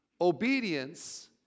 Obedience